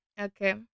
Okay